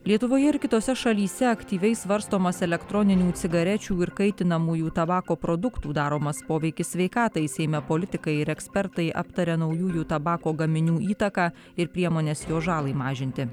lietuvoje ir kitose šalyse aktyviai svarstomas elektroninių cigarečių ir kaitinamųjų tabako produktų daromas poveikis sveikatai seime politikai ir ekspertai aptaria naujųjų tabako gaminių įtaką ir priemones jo žalai mažinti